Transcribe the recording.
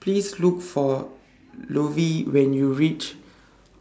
Please Look For Lovie when YOU REACH